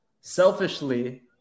selfishly